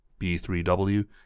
B3W